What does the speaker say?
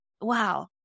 wow